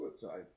suicide